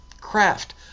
Craft